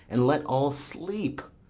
and let all sleep?